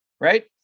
Right